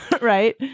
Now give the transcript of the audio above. right